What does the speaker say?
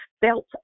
felt